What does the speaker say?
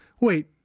wait